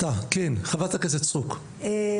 חברת הכנסת סטרוק ואז אתה.